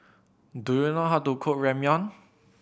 do you know how to cook Ramyeon